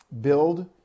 build